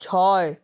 ছয়